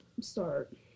Start